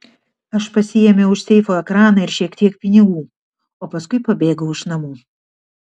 aš pasiėmiau iš seifo ekraną ir šiek tiek pinigų o paskui pabėgau iš namų